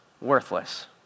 worthless